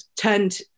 turned